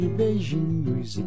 beijinhos